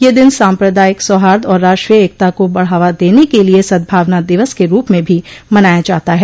यह दिन साम्प्रदायिक सौहार्द और राष्ट्रीय एकता को बढ़ावा देने के लिये सदभावना दिवस के रूप में भी मनाया जाता है